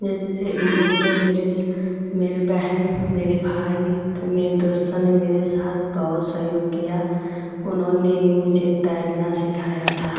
जैसे मुझे मेरे मेरे बहन मेरे भाई सब मेरे दोस्तों ने मेरे साथ बहुत सहेयोग किया उन्होंने ही मुझे तैरना सिखाया था